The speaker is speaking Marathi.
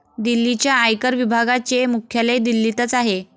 दिल्लीच्या आयकर विभागाचे मुख्यालय दिल्लीतच आहे